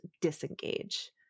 disengage